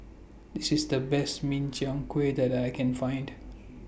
This IS The Best Min Chiang Kueh that I Can Find